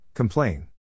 Complain